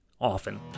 often